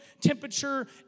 temperature